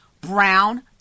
brown